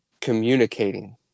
communicating